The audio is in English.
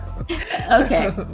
okay